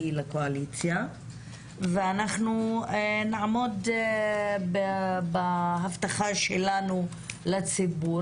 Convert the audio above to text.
הקואליציה - ואנחנו נעמוד בהבטחה שלנו לציבור